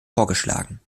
vorgeschlagen